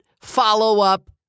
follow-up